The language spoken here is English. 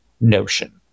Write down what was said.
notion